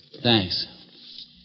Thanks